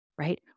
Right